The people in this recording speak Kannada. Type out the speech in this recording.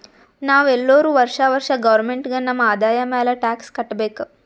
ನಾವ್ ಎಲ್ಲೋರು ವರ್ಷಾ ವರ್ಷಾ ಗೌರ್ಮೆಂಟ್ಗ ನಮ್ ಆದಾಯ ಮ್ಯಾಲ ಟ್ಯಾಕ್ಸ್ ಕಟ್ಟಬೇಕ್